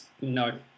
No